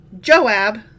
Joab